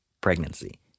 pregnancy